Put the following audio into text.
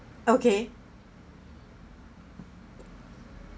okay